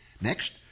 Next